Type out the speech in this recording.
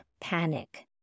panic